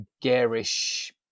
garish